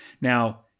Now